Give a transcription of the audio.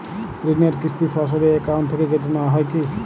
ঋণের কিস্তি সরাসরি অ্যাকাউন্ট থেকে কেটে নেওয়া হয় কি?